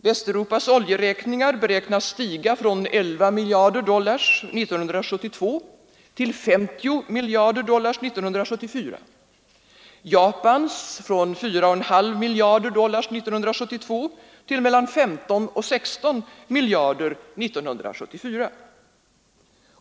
Västeuropas oljeräkningar beräknas stiga från 11 miljarder dollar 1972 till 50 miljarder dollar 1974, Japans från 4,5 miljarder dollar 1972 till mellan 15 och 16 miljarder 1974.